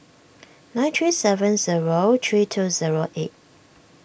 nine three seven zero three two zero eight